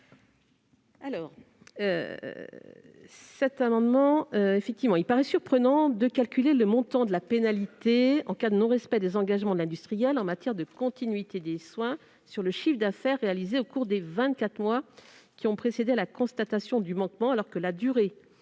parole est à Mme la rapporteure. Il paraît surprenant de calculer le montant de la pénalité, en cas de non-respect des engagements de l'industriel en matière de continuité des soins, sur le chiffre d'affaires réalisé au cours des vingt-quatre mois qui ont précédé la constatation du manquement, alors que la durée